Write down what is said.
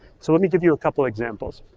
so let me give you a couple examples.